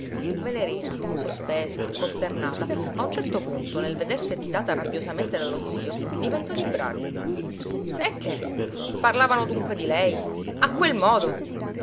venerina sospesa costernata a un certo punto nel vedersi additata rabbiosamente dallo zio diventò di bragia eh che parlavano dunque di lei a quel modo